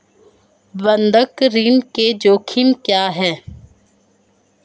बंधक ऋण के जोखिम क्या हैं?